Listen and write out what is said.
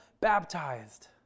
baptized